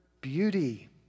beauty